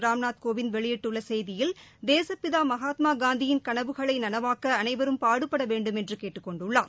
ராம்நாத் கோவிந்த் வெளியிட்டுள்ள செய்தியில் தேசுப்பிதா மகாத்மா காந்தியின் கனவுகளை நனவாக்க அனைவரும் பாடுபட வேண்டும் என்று கேட்டுக் கொண்டுள்ளார்